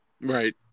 Right